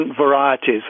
varieties